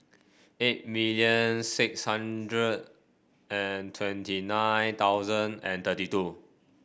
eight million six hundred and twenty nine thousand and thirty two